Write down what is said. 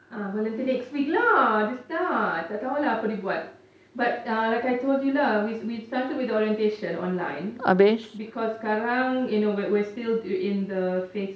ah volunteer next week lah dia start tak tahu lah apa dia buat but ah like I told you lah we we started with the orientation online because sekarang we are still in the phase